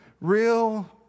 real